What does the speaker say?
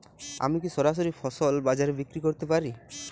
আমি কি সরাসরি ফসল বাজারে বিক্রি করতে পারি?